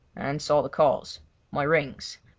and saw the cause my rings.